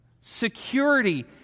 security